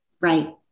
Right